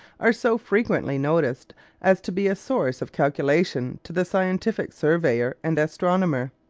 are so frequently noticed as to be a source of calculation to the scientific surveyor and astronomer.